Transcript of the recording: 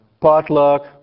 potluck